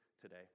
today